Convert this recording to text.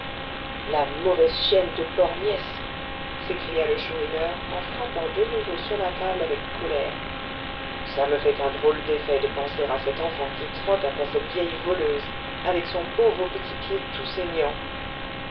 la mauvaise chienne de borgnesse s'écria le chourineur en frappant de nouveau sur la table avec colère ça me fait un drôle d'effet de penser à cette enfant qui trotte après cette vieille voleuse avec son pauvre petit pied tout saignant